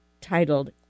titled